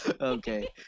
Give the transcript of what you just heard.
Okay